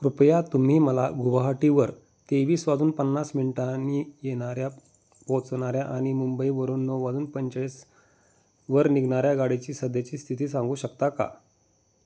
कृपया तुम्ही मला गुवाहाटीवर तेवीस वाजून पन्नास मिनिटांनी येणाऱ्या पोहोचणाऱ्या आणि मुंबईवरून नऊ वाजून पंचेचाळीसवर निघणाऱ्या गाडीची सध्याची स्थिती सांगू शकता का